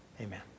amen